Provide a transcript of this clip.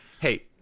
Hey